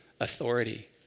authority